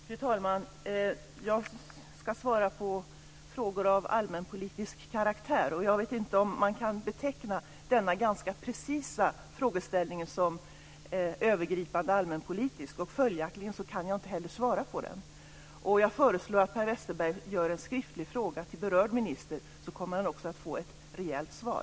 Fru talman! Jag ska svara på frågor av allmänpolitisk karaktär, men jag tror inte att man kan beteckna denna ganska precisa frågeställning som övergripande allmänpolitisk. Följaktligen kan jag inte heller svara på den. Jag föreslår att Per Westerberg ställer en skriftlig fråga till berörd minister, så kommer han också att få ett rejält svar.